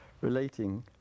relating